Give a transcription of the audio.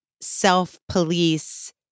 self-police